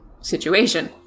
situation